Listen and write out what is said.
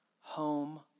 home